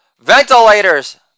Ventilators